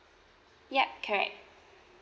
ya correct